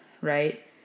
right